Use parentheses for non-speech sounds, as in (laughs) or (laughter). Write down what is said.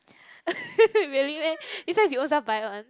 (laughs) really meh this one you ownselves buy [one]